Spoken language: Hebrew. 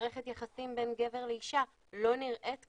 מערכת יחסים בין גבר לאשה לא נראית ככה,